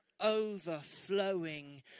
overflowing